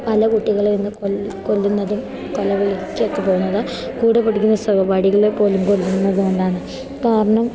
പല കുട്ടികളിന്ന് കൊല്ലുന്നതും കൊലവിളിക്കൊക്കെ പോകുന്നത് കൂടെ പടിക്കുന്ന സഹപാഠികളെ കൊല്ലും കൊല്ലുന്നതുകൊണ്ടാണ് കാരണം